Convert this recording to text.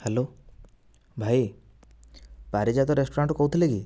hello ଭାଇ Parijat restaurant କହୁଥିଲେ କି